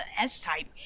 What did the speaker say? S-type